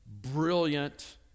brilliant